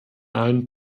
allen